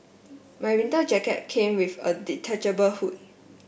my winter jacket came with a detachable hood